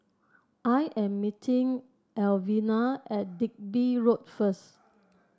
I am meeting Alvena at Digby Road first